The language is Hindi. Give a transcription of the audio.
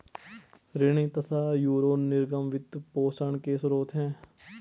ऋण तथा यूरो निर्गम वित्त पोषण के स्रोत है